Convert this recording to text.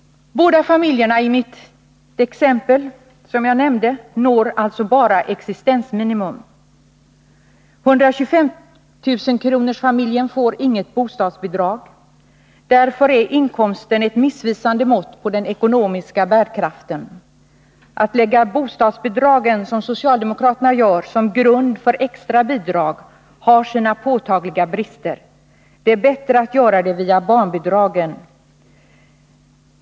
Båda familjerna i det exempel jag nämnde har alltså bara existensminimum. Familjen med 125 000 kr. får inget bostadsbidrag. Därför är inkomsten ett missvisande mått på den ekonomiska bärkraften. Att, som socialdemokraterna gör, lägga bostadsbidragen som grund för extra bidrag har sina påtagliga brister. Det är bättre att göra det via barnbidragen.